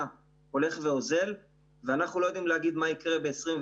הולך ואוזל ואנחנו לא יודעים מה יקרה ב-2021.